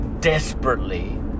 desperately